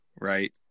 right